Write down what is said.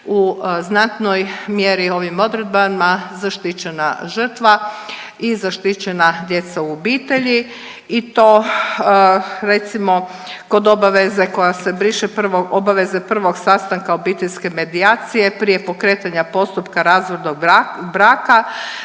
u znatnoj mjeri ovim odredbama zaštićena žrtva i zaštićena djeca u obitelji i to recimo kod obaveze koja se briše. Prvo obaveze prvog sastanka obiteljske medijacije prije pokretanja postupka razvoda braka